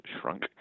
shrunk